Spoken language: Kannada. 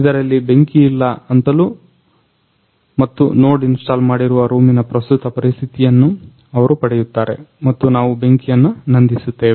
ಇದರಲ್ಲಿ ಬೆಂಕಿಯಿಲ್ಲ ಅಂತಲೂ ಮತ್ತು ನೋಡ್ ಇನ್ಸ್ಟಾಲ್ ಮಾಡಿರುವ ರೂಮಿನ ಪ್ರಸ್ತುತ ಪರಿಸ್ಥಿತಿಯನ್ನ ಅವರು ಪಡೆಯುತ್ತಾರೆ ಮತ್ತು ನಾವು ಬೆಂಕಿಯನ್ನ ನಂದಿಸುತ್ತೇವೆ